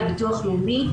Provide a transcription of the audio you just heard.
עם מסמכים רפואיים מסודרים,